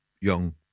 young